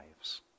lives